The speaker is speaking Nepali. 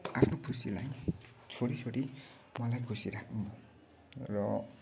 आफ्नो खुसीलाई छोडी छोडी मलाई खुसी राख्न र